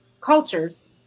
cultures